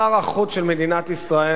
שר החוץ של מדינת ישראל,